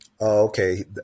Okay